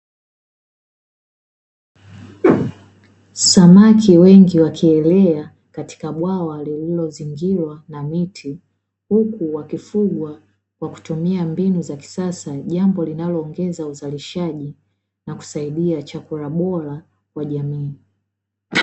Samaki wengi wakielea katika bwawa lililozingirwa na miti, huku wakifungwa wa kutumia mbinu za kisasa, jambo linaloongeza uzalishaji na kusaidia chakula bora wa jamii.